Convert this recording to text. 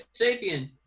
Sapien